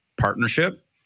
partnership